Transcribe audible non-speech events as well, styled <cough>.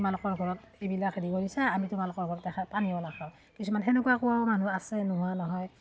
তোমালোকৰ ঘৰত এইবিলাক হেৰি কৰিছে আমি তোমালোকৰ ঘৰত <unintelligible> পানীও নাখাওঁ কিছুমান সেনেকুৱা কোৱাও মানুহ আছে নোহোৱা নহয়